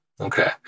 Okay